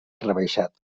rebaixat